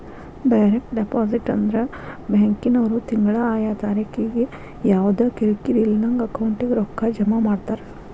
direct deposit ಅಂದ್ರ ಬ್ಯಾಂಕಿನ್ವ್ರು ತಿಂಗ್ಳಾ ಆಯಾ ತಾರಿಕಿಗೆ ಯವ್ದಾ ಕಿರಿಕಿರಿ ಇಲ್ದಂಗ ಅಕೌಂಟಿಗೆ ರೊಕ್ಕಾ ಜಮಾ ಮಾಡ್ತಾರ